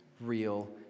real